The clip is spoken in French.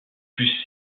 plus